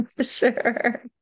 Sure